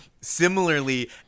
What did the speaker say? Similarly